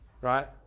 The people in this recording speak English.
right